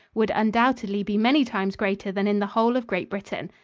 would undoubtedly be many times greater than in the whole of great britain.